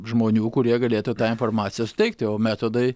žmonių kurie galėtų tą informaciją suteikti o metodai